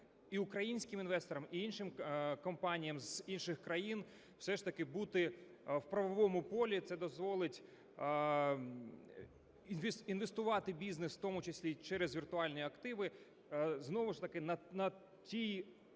і українським інвесторам, і іншим компаніям з інших країн все ж таки бути в правовому полі. Це дозволить інвестувати бізнес, в тому числі і через віртуальні активи. Знову ж таки в тій